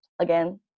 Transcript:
again